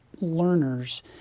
learners